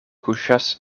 kuŝas